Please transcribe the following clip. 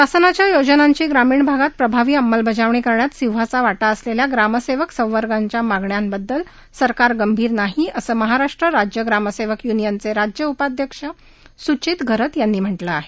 शासनाच्या योजनांची ग्रामीण भागात प्रभावी अंमलबजावणी करण्यात सिंहाचा वाटा असलेल्या ग्रामसेवक संवर्गाच्या मागण्याबाबत सरकार गंभीर नाही असं महाराष्ट्र राज्य ग्रामसेवक युनियनचे राज्य उपाध्यक्ष सुचित घरत यांनी म्हटलं आहे